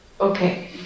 Okay